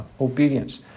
obedience